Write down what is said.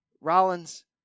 Rollins